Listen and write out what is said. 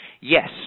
Yes